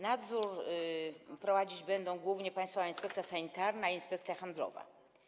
Nadzór prowadzić będą głównie Państwowa Inspekcja Sanitarna i Państwowa Inspekcja Handlowa.